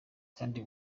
kandi